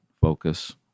focus